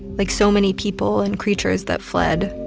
like so many people and creatures that fled,